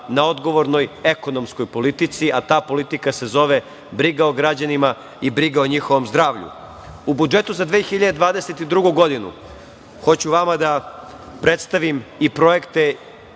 na odgovornoj ekonomskoj politici, a ta politika se zove briga o građanima i briga o njihovom zdravlju.U budžetu za 2022. godinu hoću vama da predstavim i projekte